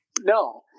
No